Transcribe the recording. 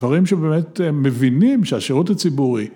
דברים שבאמת מבינים, שהשירות הציבורי